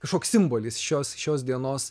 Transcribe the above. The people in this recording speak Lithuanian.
kažkoks simbolis šios šios dienos